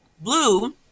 blue